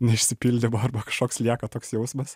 neišsipildymo arba kažkoks lieka toks jausmas